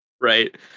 right